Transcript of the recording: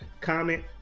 comment